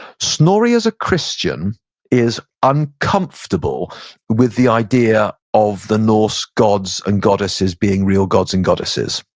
snorri as a christian is uncomfortable with the idea of the norse gods and goddesses being real gods and goddesses.